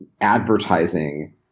advertising